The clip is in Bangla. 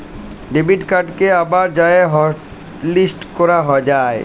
ডেবিট কাড়কে আবার যাঁয়ে হটলিস্ট ক্যরা যায়